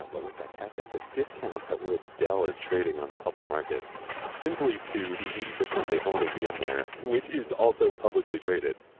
but with that caveat, the discount at which dell is trading on the public markets simply to the eighty percent they own vmware, which is also publicly traded,